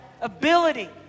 ability